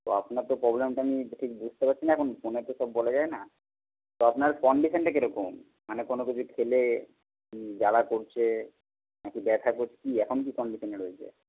তো আপনার তো প্রবলেমটা আমি ঠিক বুঝতে পারছি না এখন ফোনে তো সব বলা যায় না তো আপনার কন্ডিশানটা কিরকম মানে কোনো কিছু খেলে জ্বালা করছে না কি ব্যথা করছে কী এখন কী কন্ডিশানে রয়েছে